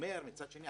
מצד שני,